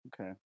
Okay